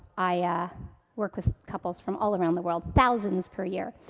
i work with couples from all around the world, thousands per year.